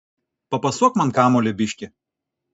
papasuok man kamuolį biškį